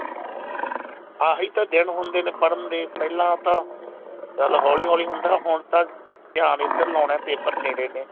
ਹਾਂ ਆਹੀ ਤਾਂ ਦਿਨ ਹੁੰਦੇ ਨੇ ਪੜ੍ਹਨ ਦੇ ਪਹਿਲਾਂ ਤਾਂ ਚੱਲ ਹੌਲੀ ਹੌਲੀ ਹੁੰਦਾ ਹੁਣ ਤਾਂ ਧਿਆਨ ਇੱਧਰ ਲਾਉਣੇ ਪੇਪਰ ਨੇੜੇ ਨੇ